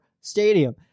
stadium